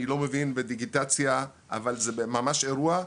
אני לא מבין בדיגיטציה אבל זה ממש אירוע.